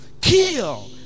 Kill